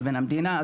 לבין המדינה,